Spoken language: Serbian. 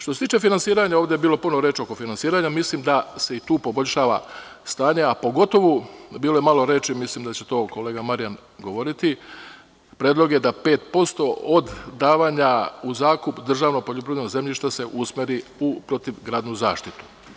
Što se tiče finansiranja, ovde je bilo puno reči o finansiranju, mislim da se i tu poboljšava stanje, a pogotovo je bilo malo reči, mislim da će o tome kolega Marijan govoriti, predlozi da 5% od davanjau zakup državnog poljoprivrednog zemljišta se usmeri u protivgradnu zaštitu.